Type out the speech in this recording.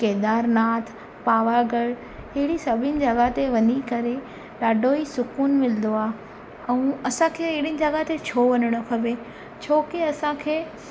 केदारनाथ पावागढ़ अहिड़ी सभिनि जॻह ते वञी करे ॾाढो ई सुकूनु मिलंदो आहे ऐं असांखे अहिड़ियुनि जॻह ते छो वञिणो खपे छो की असांखे